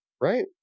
Right